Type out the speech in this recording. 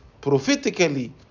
prophetically